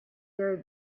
gary